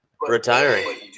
retiring